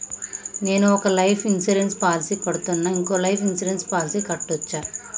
నేను ఒక life insurance policy కడ్తున్నా, ఇంకో లైఫ్ ఇన్సూరెన్స్ పాలసీ కట్టొచ్చా?